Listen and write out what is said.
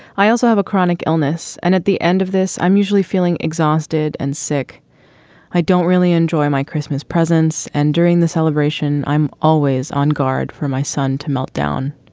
i also have a chronic illness and at the end of this i'm usually feeling exhausted and sick i don't really enjoy my christmas presents and during the celebration i'm always on guard for my son to meltdown.